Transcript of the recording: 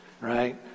right